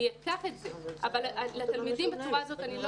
הוא ייקח את זה אבל לתלמידים בצורה הזאת הוא שלא